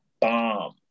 bomb